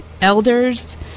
elders